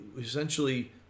essentially